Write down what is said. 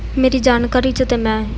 ਮੇਰੀ ਜਾਣਕਾਰੀ 'ਚ ਅਤੇ ਮੈਂ